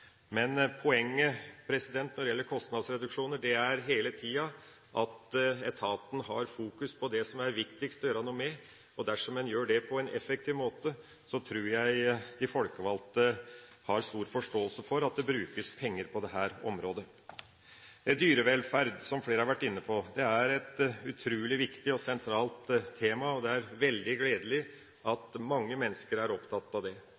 Men poenget når det gjelder kostnadsreduksjoner, er hele tida at etaten har fokus på det som det er viktigst å gjøre noe med. Dersom en gjør det på en effektiv måte, tror jeg de folkevalgte har stor forståelse for at det brukes penger på dette området. Dyrevelferd – som flere har vært inne på – er et utrolig viktig og sentralt tema, og det er veldig gledelig at mange mennesker er opptatt av det.